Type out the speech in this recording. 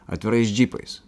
atvirais džipais